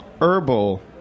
herbal